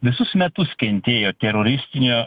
visus metus kentėjo teroristinio